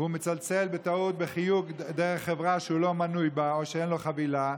והוא מצלצל בטעות בחיוג דרך חברה שהוא לא מנוי בה או שאין לו חבילה,